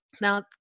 Now